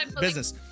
business